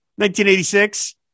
1986